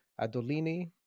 Adolini